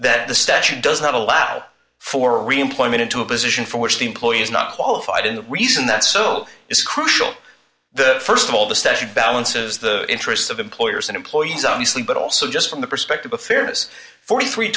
that the statute does not allow for reemployment into a position for which the employee is not qualified and the reason that so is crucial the st of all the statute balances the interests of employers and employees obviously but also just from the perspective of fairness forty three